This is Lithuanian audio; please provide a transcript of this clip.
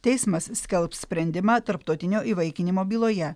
teismas skelbs sprendimą tarptautinio įvaikinimo byloje